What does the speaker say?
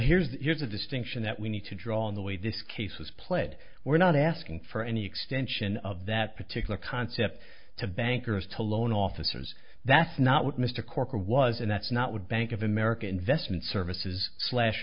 here's here's a distinction that we need to draw in the way this case was pled we're not asking for any extension of that particular concept to bankers to loan officers that's not what mr corker was and that's not what bank of america investment services slash